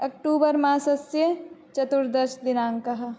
अक्टूबर् मासस्य चतुर्दशदिनाङ्कः